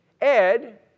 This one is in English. Ed